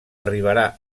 arribarà